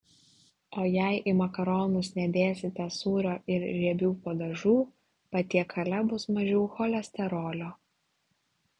o jei į makaronus nedėsite sūrio ir riebių padažų patiekale bus mažiau cholesterolio